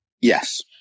Yes